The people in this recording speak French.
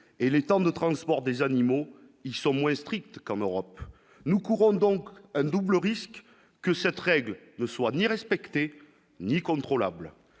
et les temps de transport des animaux, ils sont moins strictes qu'en Europe nous couronnes donc double risque que cette règle ne soit ni respectée ni contrôlable,